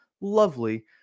lovely